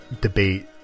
debate